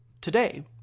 today